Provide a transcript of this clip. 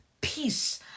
peace